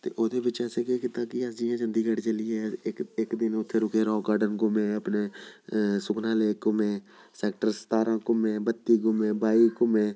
ते ओह्दे बिच्च असें केह् कीता कि अस जियां चंडीगढ़ चली गे इक इक दिन उत्थें रुके राक गार्डन घूमे अपने सुकना लेक घूमे सैक्टर सतारां घूमे बत्ती घूमे बाई घूमे